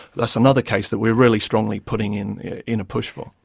that's another case that we're really strongly putting in in a push for.